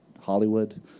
Hollywood